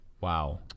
Wow